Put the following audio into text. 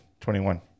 21